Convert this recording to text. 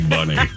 Bunny